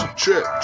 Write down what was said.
trip